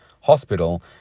hospital